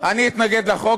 אני אתנגד לחוק,